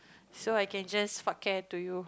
so I can just fuck care to you